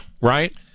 right